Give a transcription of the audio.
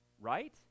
Right